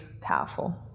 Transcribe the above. powerful